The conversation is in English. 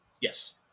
Yes